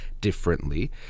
differently